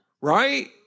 Right